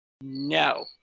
no